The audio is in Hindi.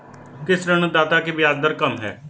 किस ऋणदाता की ब्याज दर कम है?